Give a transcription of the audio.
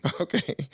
okay